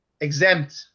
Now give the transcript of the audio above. exempt